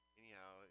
anyhow